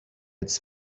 its